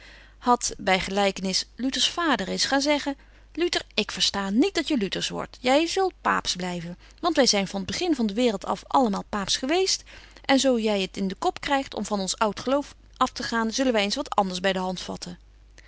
hadt by gelykenis luters vader eens gaan zeggen luter ik versta niet dat je luters wordt jy zult paaps blyven want wy zyn van t begin van de waereld af allemaal paaps geweest en zo jy t in den kop krygt om van ons oud geloof aftegaan zullen wy eens betje wolff en aagje deken historie van mejuffrouw sara burgerhart wat anders by de hand vatten